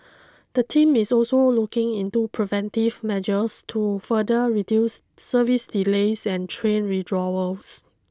the team is also looking into preventive measures to further reduce service delays and train withdrawals